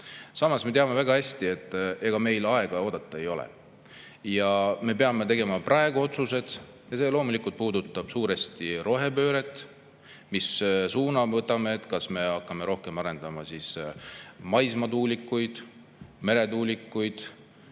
Samas, me teame väga hästi, et meil aega oodata ei ole. Me peame tegema otsused praegu. See loomulikult puudutab suuresti rohepööret: mis suuna me võtame, kas me hakkame rohkem arendama maismaatuulikuid või meretuulikuid,